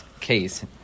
case